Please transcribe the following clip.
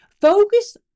Focus